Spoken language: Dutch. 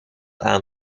aan